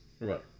Right